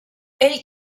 ell